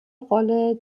rolle